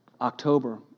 October